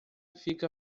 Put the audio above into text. fica